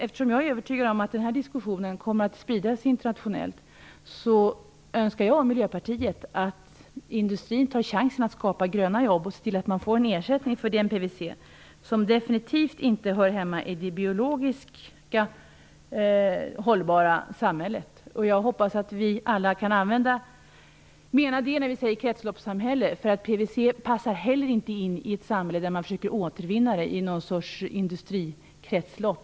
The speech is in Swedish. Eftersom jag är övertygad om att den här diskussionen kommer att spridas internationellt, önskar jag och Miljöpartiet att industrin skall ta chansen att skapa gröna jobb och ser till att få en ersättning för PVC, som definitivt inte hör hemma i det biologiskt hållbara samhället. Jag hoppas att vi alla har den uppfattningen när vi talar om kretsloppssamhället. PVC passar inte heller in i ett samhälle där man satsar på återvinning i ett kretslopp.